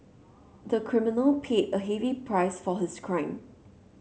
the criminal paid a heavy price for his crime